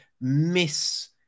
miss